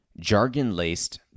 jargon-laced